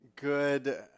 Good